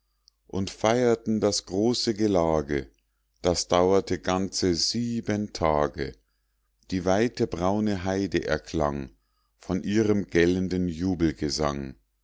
und feierten das große gelage das dauerte ganze sieben tage die weite braune heide erklang von ihrem